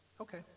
Okay